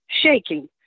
shaking